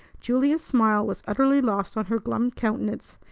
julia's smile was utterly lost on her glum countenance,